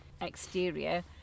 exterior